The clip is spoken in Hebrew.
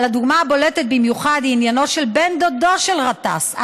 אבל הדוגמה הבולטת במיוחד היא עניינו של בן דודו של גטאס,